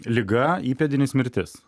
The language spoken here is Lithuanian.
liga įpėdinis mirtis